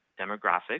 demographics